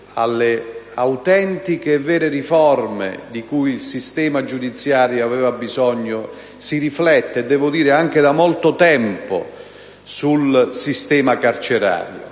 alle autentiche e vere riforme di cui il sistema giudiziario aveva bisogno si riflette anche da molto tempo sul sistema carcerario.